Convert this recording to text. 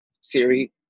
Siri